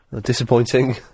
disappointing